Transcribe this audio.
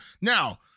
Now